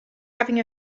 having